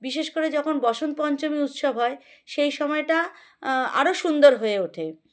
বিশেষ করে যখন বসন্ত পঞ্চমী উৎসব হয় সেই সময়টা আরও সুন্দর হয়ে ওঠে